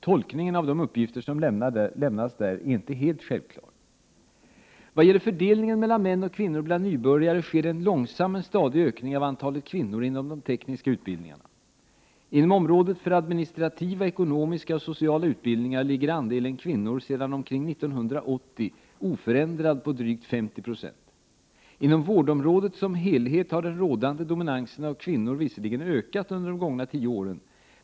Tolkningen av 93 de uppgifter som lämnas där är inte helt självklar. Vad gäller fördelningen mellan män och kvinnor bland nybörjare sker en långsam men stadig ökning av antalet kvinnor inom de tekniska utbildningarna. Inom området för administrativa, ekonomiska och sociala utbildningar är andelen kvinnor sedan omkring 1980 oförändrad, drygt 50 20. Inom vårdområdet som helhet har den rådande dominansen av kvinnor visserligen ökat under de gångna tio åren.